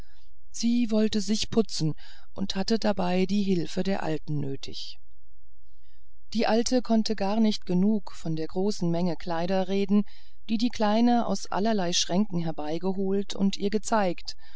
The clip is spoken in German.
sie wollte sich putzen und hatte dabei die hilfe der alten nötig die alte konnte gar nicht genug von der großen menge kleider reden die die kleine aus allerlei alten schränken herbeigeholt und ihr gezeigt